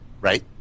Right